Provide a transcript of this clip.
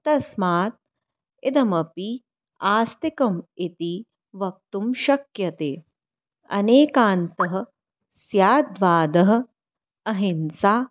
तस्मात् इदमपि आस्तिकम् इति वक्तुं शक्यते अनेकान्तः स्याद्वादः अहिंसा